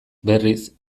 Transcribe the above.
berriz